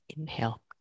inhale